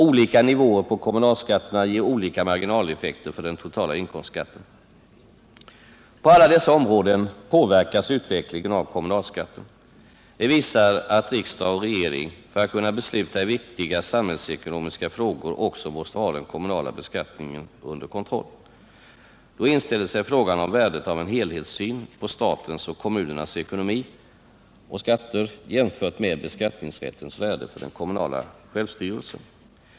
Olika nivåer på kommunalskatterna ger olika marginaleffekter på den totala inkomstskatten. På alla dessa områden påverkas utvecklingen av kommunalskatten. Det visar att riksdag och regering för att kunna besluta i viktiga samhällsekonomiska frågor också måste ha den kommunala beskattningen under kontroll. Då inställer sig frågan om värdet av en helhetssyn på statens och kommunernas ekonomi och skatter jämfört med beskattningsrättens värde för den kommunala självstyrelsen.